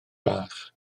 bach